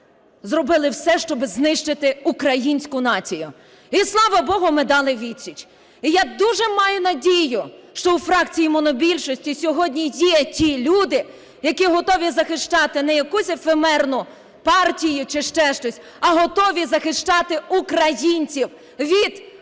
зробили все, щоб знищити українську націю. І слава Богу, ми дали відсіч! І я дуже маю надію, що у фракції монобільшості сьогодні є ті люди, які готові захищати не якусь ефемерну партію чи ще щось, а готові захищати українців від вбивць.